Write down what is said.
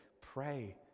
pray